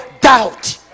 doubt